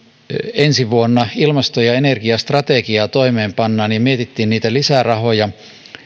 ensi vuonna ilmasto ja energiastrategia toimeenpannaan ja mietittiin lisärahoja